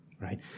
right